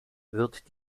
wird